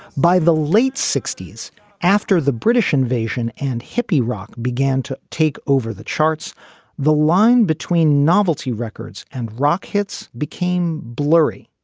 by the late sixty s after the british invasion and hippie rock began to take over the charts the line between novelty records and rock hits became blurry.